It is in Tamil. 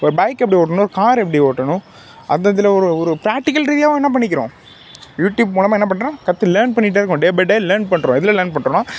ஒரு பைக் எப்படி ஓட்டணும் ஒரு கார் எப்படி ஓட்டணும் அந்த அந்த இதில் ஒரு ப்ராக்டிகல் ரீதியாகவும் என்ன பண்ணிக்கிறோம் யூடிப் மூலமாக என்ன பண்ணுறோம் கற்று லேர்ன் பண்ணிகிட்டே இருக்கோம் டே பை டே என்ன பண்ணுறோம் எதில் லேர்ன் பண்ணுறோன்னா